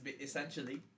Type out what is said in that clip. essentially